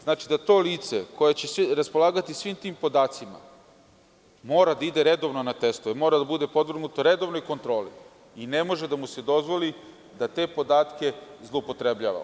Znači, to lice koje će raspolagati svim tim podacima mora da ide redovno na testove, mora da bude podvrgnuto redovnoj kontroli i ne može da mu se dozvoli da te podatke zloupotrebljava.